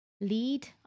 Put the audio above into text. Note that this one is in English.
lead